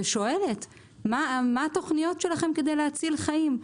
ושואלת מה התוכניות שלכם כדי להציל חיים?